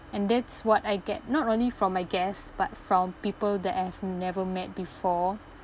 and that's what I get not only from my guests but from people that I've never met before